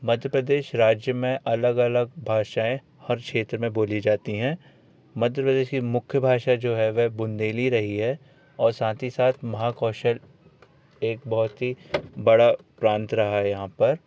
मध्य प्रदेश राज्य में अलग अलग भाषाएँ हर क्षेत्र में बोली जाती हैं मध्य प्रदेश की मुख्य भाषा जो है वह बुंदेली रही है और साथ ही साथ महा कौशल एक बहुत ही बड़ा प्रांत रहा है यहाँ पर